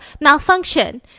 malfunction